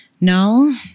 No